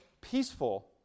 peaceful